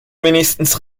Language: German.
wenigstens